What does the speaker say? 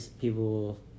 people